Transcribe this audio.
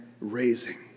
raising